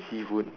seafood